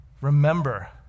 Remember